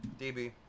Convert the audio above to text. DB